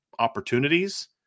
Opportunities